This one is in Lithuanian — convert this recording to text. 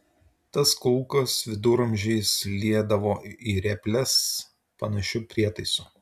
tas kulkas viduramžiais liedavo į reples panašiu prietaisu